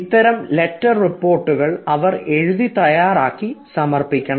ഇത്തരം ലെറ്റർ റിപ്പോർട്ടുകൾ അവർ എഴുതി തയ്യാറാക്കി സമർപ്പിക്കണം